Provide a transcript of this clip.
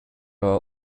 are